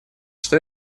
что